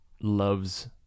loves